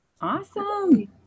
awesome